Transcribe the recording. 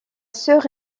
sœur